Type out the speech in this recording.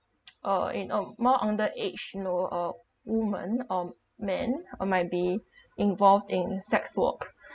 uh in a more under age you know uh women or men or might be involved in sex work